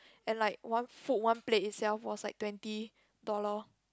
and like one food one plate itself was like twenty dollar